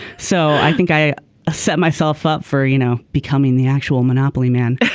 so i think i ah set myself up for you know becoming the actual monopoly man.